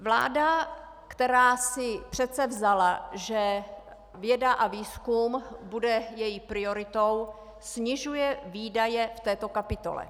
Vláda, která si předsevzala, že věda a výzkum bude její prioritou, snižuje výdaje v této kapitole.